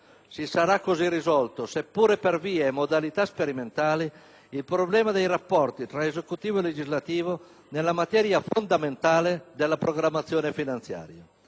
Si sarà così risolto, seppure per vie e modalità sperimentali, il problema dei rapporti tra esecutivo e legislativo nella materia fondamentale della programmazione finanziaria.